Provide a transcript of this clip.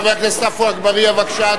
חבר הכנסת אגבאריה, בבקשה.